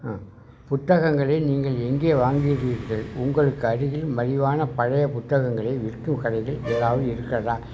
ஆ புத்தகங்களை நீங்கள் எங்கே வாங்குகிறீர்கள் உங்களுக்கு அருகில் மலிவான பழைய புத்தகங்களை விற்கும் கடைகள் ஏதாவது இருக்கிறதா